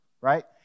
right